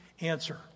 answer